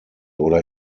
oder